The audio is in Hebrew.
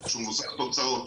תוצאות.